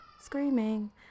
screaming